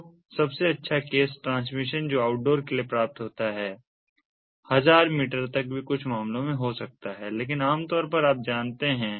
तो सबसे अच्छा केस ट्रांसमिशन जो आउटडोर के लिए प्राप्त होता है 1000 मीटर तक भी कुछ मामलों में हो सकता है लेकिन आमतौर पर आप जानते हैं